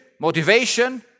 motivation